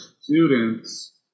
students